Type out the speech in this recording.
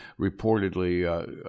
reportedly